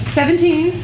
Seventeen